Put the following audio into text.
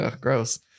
Gross